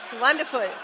wonderful